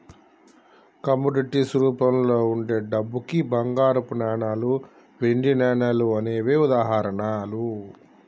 commodities రూపంలో వుండే డబ్బుకి బంగారపు నాణాలు, వెండి నాణాలు అనేవే ఉదాహరణలు